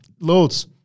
loads